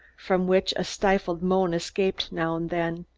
from which a stifled moan escaped now and then.